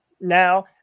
now